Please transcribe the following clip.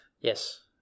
Yes